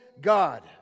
God